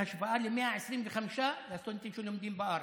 בהשוואה ל-125 לסטודנטים שלומדים בארץ,